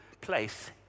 place